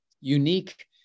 unique